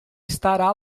estará